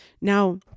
Now